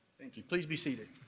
thank you. please be seated.